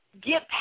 get